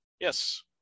Yes